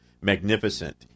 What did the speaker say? magnificent